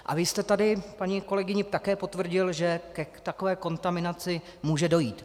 A vy jste tady paní kolegyni také potvrdil, že k takové kontaminaci může dojít.